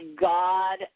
God